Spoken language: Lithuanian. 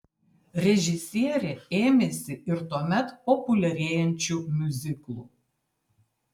režisierė ėmėsi ir tuomet populiarėjančių miuziklų